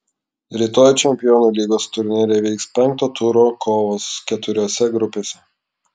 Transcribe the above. rytoj čempionų lygos turnyre vyks penkto turo kovos keturiose grupėse